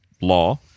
law